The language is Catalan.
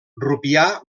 rupià